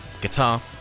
guitar